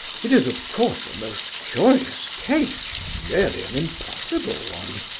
it is of course a most curious case nearly an impossible one.